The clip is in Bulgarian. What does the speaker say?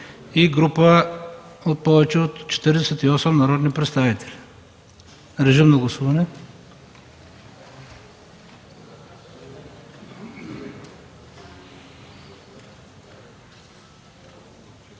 и група от повече от 40 народни представители. Моля, гласувайте.